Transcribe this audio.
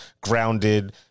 Grounded